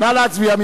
נא להצביע.